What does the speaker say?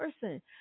person